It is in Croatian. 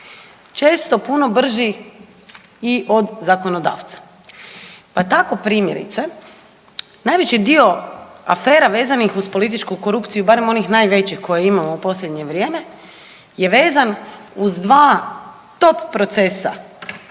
često puno brži i od zakonodavca. Pa tako primjerice najveći dio afera vezanih uz političku korupciju barem onih najvećih koje imamo u posljednje vrijeme je vezan uz dva top procesa